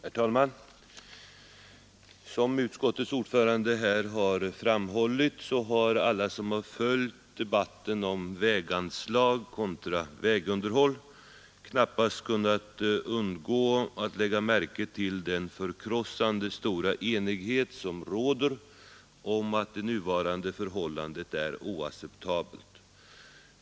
Herr talman! Som utskottets ordförande här framhållit har alla som följt debatten om väganslag kontra vägunderhåll knappast kunnat undgå att lägga märke till den förkrossande stora enighet som råder om att det nuvarande förhållandet är oacceptabelt.